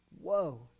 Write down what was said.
Whoa